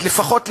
אז לפחות,